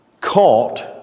caught